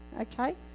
Okay